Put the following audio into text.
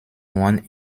one